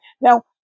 now